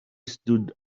stood